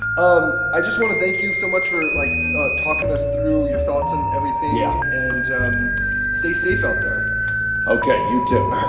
um i just want to thank you so much for, like, ah talking us through your thoughts on everything yeah and stay safe out there ok. you, too